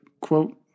quote